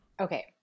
Okay